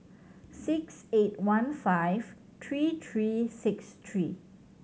six eight one five three three six three